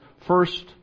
first